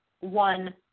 one